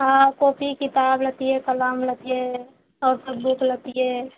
हाँ कॉपी किताब लेतिए कलम लेतिए सभके बुक लेतिए